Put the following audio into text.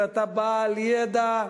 ואתה בעל ידע,